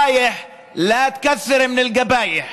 (אומר בערבית ומתרגם:).